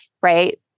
right